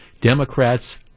Democrats